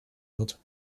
wird